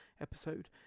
episode